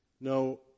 No